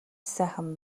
сайхан